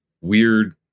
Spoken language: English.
weird